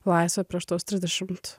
laisvę prieš tuos trisdešimt